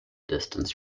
distance